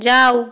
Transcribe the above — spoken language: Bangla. যাও